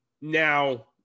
Now